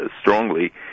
strongly